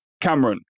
Cameron